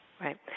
Right